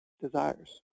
desires